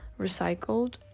recycled